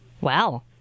Wow